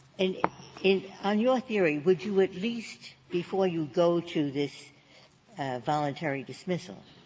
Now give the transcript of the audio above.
and on your theory, would you at least, before you go to this voluntary dismissal,